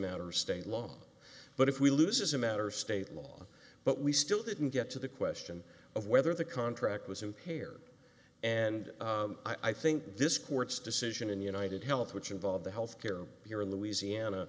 matter of state law but if we lose is a matter of state law but we still didn't get to the question of whether the contract was impaired and i think this court's decision in united health which involved the health care here in louisiana